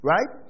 Right